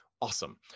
awesome